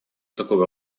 такого